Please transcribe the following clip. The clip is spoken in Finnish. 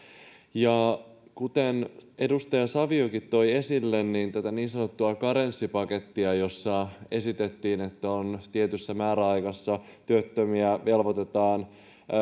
kuten edustaja saviokin toi esille tätä niin sanottua karenssipakettia jossa esitettiin että tietyssä määräajassa työttömiä velvoitetaan